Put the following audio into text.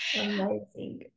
Amazing